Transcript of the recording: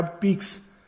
peaks